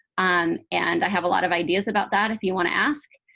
um and i have a lot of ideas about that if you want to ask.